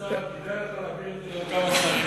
כבוד השר, כדאי לך להעביר את זה לעוד כמה שרים.